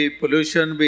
pollution